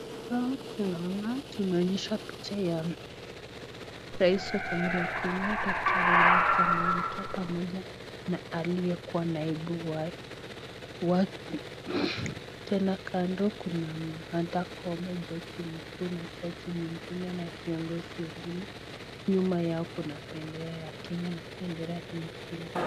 Hapa tunaona tunaonyeshwa picha ya rais wa jamhuri ya kenya Daktari William Samoi Ruto, pamoja na aliye kuwa naibu wake. Tena kando kuna martha koome jaji mkuu, na jaji wingine na kiongozi mengine, nyuma yao kuna bendera ya kenya na bendera ingine.